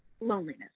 loneliness